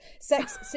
sex